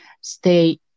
stay